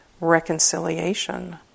reconciliation